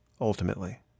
ultimately